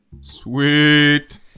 Sweet